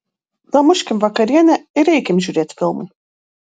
damuškim vakarienę ir eikim žiūrėt filmo